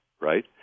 right